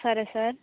సరే సార్